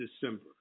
December